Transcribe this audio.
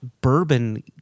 bourbon